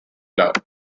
love